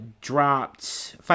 dropped